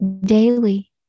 daily